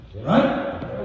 Right